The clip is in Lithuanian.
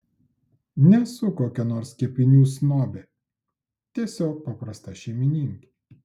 nesu kokia nors kepinių snobė tiesiog paprasta šeimininkė